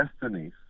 destinies